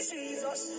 Jesus